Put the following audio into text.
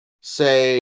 say